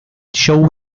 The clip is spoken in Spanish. show